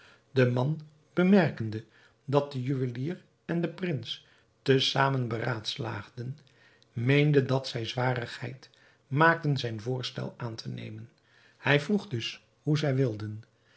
de man bemerkende dat de juwelier en de prins te zamen beraadslaagden meende dat zij zwarigheid maakten zijn voorstel aan te nemen hij vroeg dus hoe zij wilden